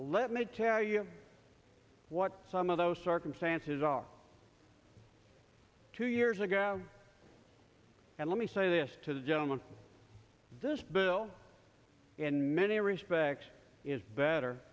let me tell you what some of those circumstances are two years ago and let me say this to the gentleman this bill in many respects is better